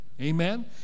Amen